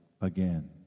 again